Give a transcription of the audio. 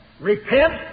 repent